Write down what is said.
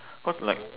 cause like